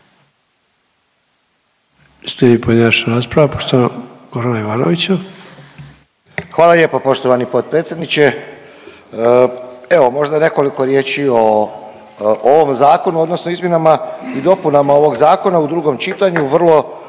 Hvala lijepo poštovani potpredsjedniče. Evo možda nekoliko riječi o ovom zakonu odnosno izmjenama i dopunama ovog zakona u drugom čitanju, vrlo